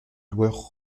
loueur